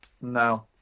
no